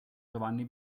giovanni